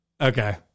Okay